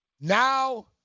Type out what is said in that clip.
Now